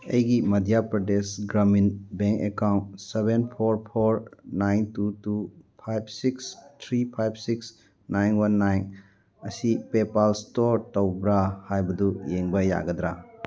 ꯑꯩꯒꯤ Madhya Pradesh Gramin bank account seven four four nine two two five six three five six nine one nine ꯑꯁꯤ PayPal ꯏꯁꯇꯣꯔ ꯇꯧꯕ꯭ꯔꯥ ꯍꯥꯏꯕꯗꯨ ꯌꯦꯡꯕ ꯌꯥꯒꯗ꯭ꯔꯥ